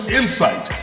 insight